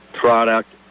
product